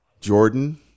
Jordan